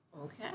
Okay